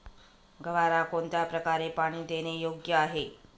गव्हाला कोणत्या प्रकारे पाणी देणे योग्य आहे?